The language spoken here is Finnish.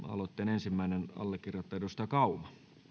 ensimmäinen allekirjoittaja edustaja kauma